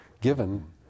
given